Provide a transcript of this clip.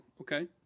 okay